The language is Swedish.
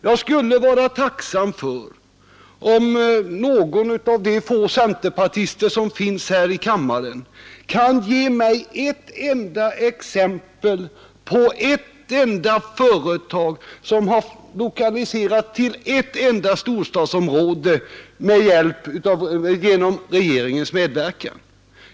Jag skulle vara tacksam om någon av de få centerpartister som just nu finns i kammaren kan ge mig ett enda exempel på ett enda företag som har lokaliserats till ett enda storstadsområde genom regeringens medverkan.